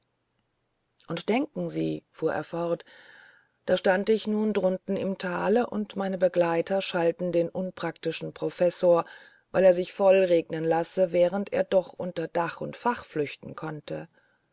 und denken sie fuhr er fort da stand ich nun drunten im thale und meine begleiter schalten den unpraktischen professor weil er sich vollregnen lasse während er doch unter dach und fach flüchten konnte